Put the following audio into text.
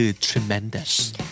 tremendous